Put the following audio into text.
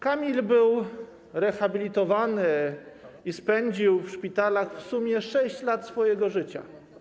Kamil był rehabilitowany i spędził w szpitalach w sumie 6 lat swojego życia.